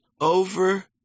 Over